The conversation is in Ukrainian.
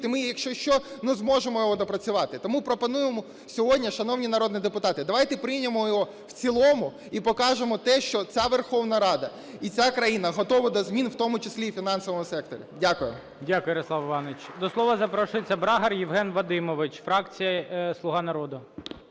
ми, якщо що, ну, зможемо його доопрацювати. Тому пропонуємо сьогодні, шановні народні депутати, давайте приймемо його в цілому і покажемо те, що ця Верховна Рада і ця країна готова до змін, в тому числі і в фінансовому секторі. Дякую. ГОЛОВУЮЧИЙ. Дякую, Ярослав Іванович. До слова запрошується Брагар Євген Вадимович, фракція "Слуга народу".